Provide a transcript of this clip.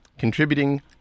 contributing